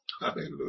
Hallelujah